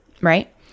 right